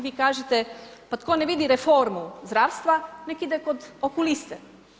Vi kažete, pa tko ne vidi reformu zdravstva, neka ide kod okuliste.